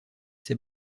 ses